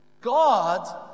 God